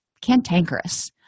cantankerous